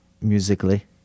musically